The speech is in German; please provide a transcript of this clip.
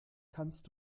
kannst